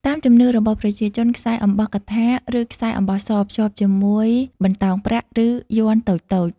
តាមជំនឿរបស់ប្រជាជន ខ្សែអំបោះកថា ឬខ្សែអំបោះស ភ្ជាប់ជាមួយបន្តោងប្រាក់ ឬយ័ន្តតូចៗ។